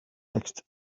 text